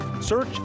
Search